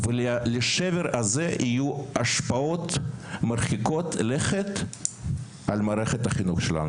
ולשבר הזה יהיו השפעות מרחיקות לכת על מערכת החינוך שלנו,